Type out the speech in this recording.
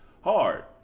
hard